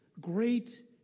great